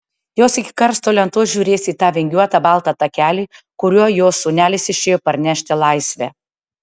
jos iki karsto lentos žiūrės į tą vingiuotą baltą takelį kuriuo jos sūnelis išėjo parnešti laisvę